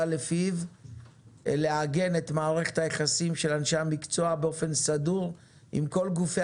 לפיו לעגן את מערכת היחסים של אנשי המקצוע באופן סדור עם כל גופי